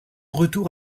retour